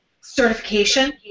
certification